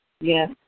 Yes